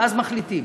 ואז מחליטים.